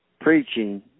preaching